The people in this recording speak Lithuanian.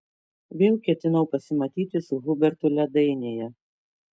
vėl ketinau pasimatyti su hubertu ledainėje